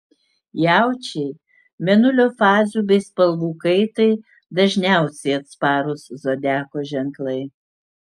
jaučiai mėnulio fazių bei spalvų kaitai dažniausiai atsparūs zodiako ženklai